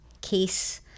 case